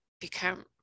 become